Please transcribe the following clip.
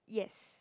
yes